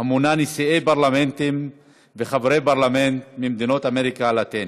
המונה נשיאי פרלמנטים וחברי פרלמנטים ממדינות אמריקה הלטינית,